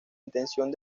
intención